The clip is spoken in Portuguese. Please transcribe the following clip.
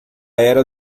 era